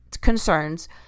concerns